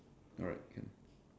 alright can